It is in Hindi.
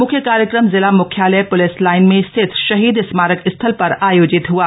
मुख्य कार्यक्रम जिला मुख्यालय पुलिस लाईन में स्थित शहीद स्मारक स्थल प्र आयोजित हुआ